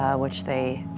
which they